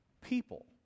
people